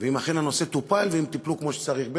אם אכן הנושא טופל ואם טיפלו כמו שצריך.